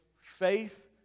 faith